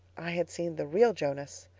i had seen the real jonas.